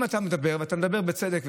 אתה אמור בצדק,